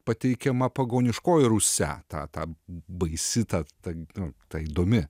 pateikiama pagoniškoji rusia ta ta baisi ta ta įdomi